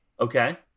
Okay